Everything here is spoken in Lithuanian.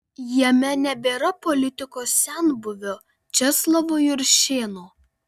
jame nebėra politikos senbuvio česlovo juršėno